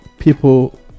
people